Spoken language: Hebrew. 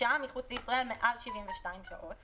ששהה מחוץ לישראל מעל 72 שעות,